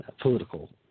political